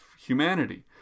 humanity